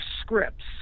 scripts